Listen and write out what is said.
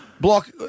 Block